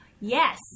Yes